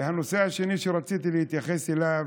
הנושא השני שרציתי להתייחס אליו,